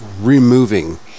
removing